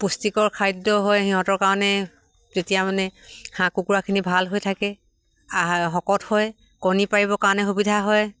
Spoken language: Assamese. পুষ্টিকৰ খাদ্য হয় সিহঁতৰ কাৰণে যেতিয়া মানে হাঁহ কুকুৰাখিনি ভাল হৈ থাকে শকত হয় কণী পাৰিবৰ কাৰণে সুবিধা হয়